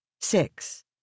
Six